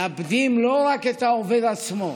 מאבדים לא רק את העובד עצמו,